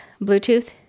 Bluetooth